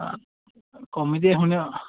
কমিটিয়ে শুনি